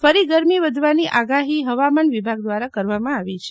ફરી ગરમી વધવાની આગાફી ફવામાન વિભાગ દ્વારા કરવામાં આવી છે